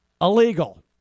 illegal